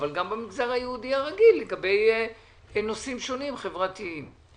אבל גם במגזר היהודי הרגיל לגבי נושאים חברתיים שונים.